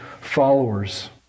followers